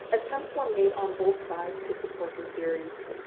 attempts were made on both sides to support their theories,